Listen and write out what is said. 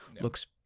looks